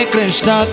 Krishna